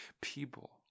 people